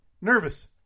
nervous